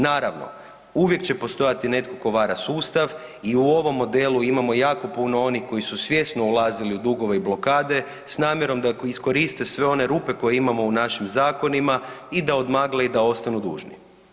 Naravno, uvijek će postojati netko tko vara sustav i u ovom modelu imamo jako puno onih koji su svjesno ulazili u dugove i blokade s namjerom da iskoriste sve one rupe koje imamo u našim zakonima i da odmagle i da ostanu dužni.